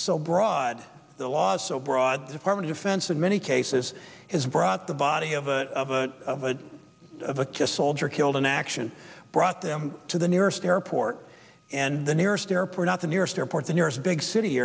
so broad the law so broad department offense in many cases has brought the body of a of a just soldier killed in action brought them to the nearest airport and the nearest airport not the nearest airport the nearest big city